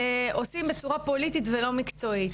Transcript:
עושים בצורה פוליטית ולא מקצועית,